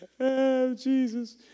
Jesus